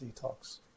detox